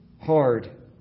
hard